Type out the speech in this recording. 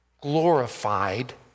glorified